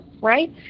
right